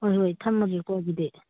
ꯍꯣꯏ ꯍꯣꯏ ꯊꯝꯃꯒꯦꯀꯣ ꯑꯗꯨꯗꯤ